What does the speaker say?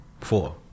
four